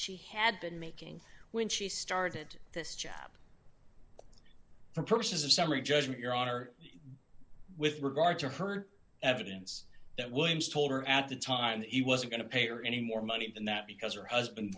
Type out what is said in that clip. she had been making when she started this job for purposes of summary judgment your honor with regard to her evidence that williams told her at the time that he was going to pay or any more money than that because her husband